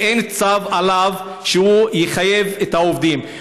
כי אין עליו צו שיחייב את העובדים.